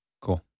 cool